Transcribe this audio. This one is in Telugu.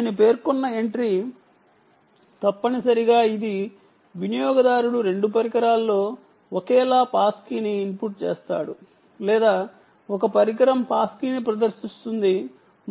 నేను పేర్కొన్న ఎంట్రీ తప్పనిసరిగా ఇది వినియోగదారుడు రెండు పరికరాల్లో ఒకేలా పాస్ కీని ఇన్పుట్ చేస్తాడు లేదా ఒక పరికరం పాస్ కీని ప్రదర్శిస్తుంది